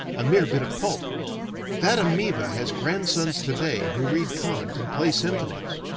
a mere bit of pulp that amoeba has grandsons today who read kant and play symphonies.